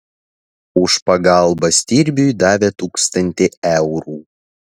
už pagalbą stirbiui davė tūkstantį eurų